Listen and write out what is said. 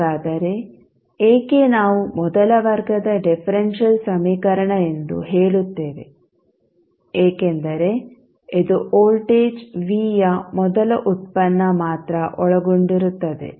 ಹಾಗಾದರೆ ಏಕೆ ನಾವು ಮೊದಲ ವರ್ಗದ ಡಿಫೆರೆಂಶಿಯಲ್ಸಮೀಕರಣ ಎಂದು ಹೇಳುತ್ತೇವೆ ಏಕೆಂದರೆ ಇದು ವೋಲ್ಟೇಜ್ V ಯ ಮೊದಲ ಉತ್ಪನ್ನ ಮಾತ್ರ ಒಳಗೊಂಡಿರುತ್ತದೆ